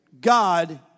God